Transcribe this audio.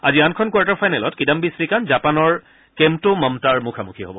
আজি আনখন কোৱাৰ্টাৰ ফাইনেলত কিদাহ্বি শ্ৰীকান্ত জাপানৰ কেমটো মম্তাৰ মুখামুখি হ'ব